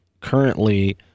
currently